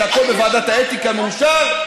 הכול בוועדת האתיקה מאושר.